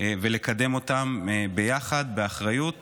ולקדם אותם ביחד באחריות